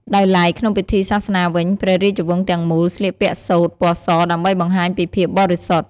ដោយឡែក ក្នុងពិធីសាសនាវិញ ព្រះរាជវង្សទាំងមូល ស្លៀកពាក់សូត្រ ពណ៌ស ដើម្បីបង្ហាញពីភាពបរិសុទ្ធ។